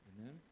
Amen